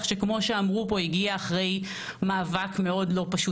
שכמו שאמרו פה הגיע אחרי מאבק לא פשוט.